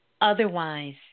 Otherwise